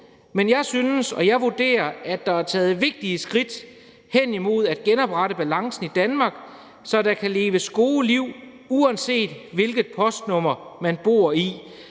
men jeg synes og vurderer, at der er taget vigtige skridt hen imod at genoprette balancen i Danmark, så der kan leves gode liv, uanset hvilket postnummer man bor i.